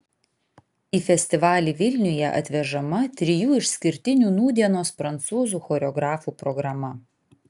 į festivalį vilniuje atvežama trijų išskirtinių nūdienos prancūzų choreografų programa